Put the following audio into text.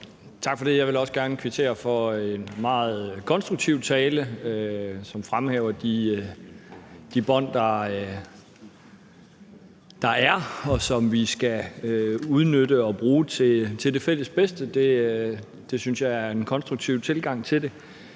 Tak for det. Jeg vil også gerne kvittere for en meget konstruktiv tale, som fremhæver de bånd, der er, og som vi skal udnytte og bruge til det fælles bedste. Det synes jeg er en konstruktiv tilgang til det,